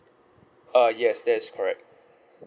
uh yes that is correct